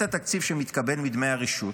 את התקציב שמתקבל מדמי הרשות,